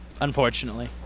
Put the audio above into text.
Unfortunately